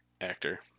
actor